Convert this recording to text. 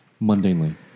Mundanely